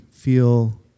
Feel